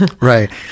Right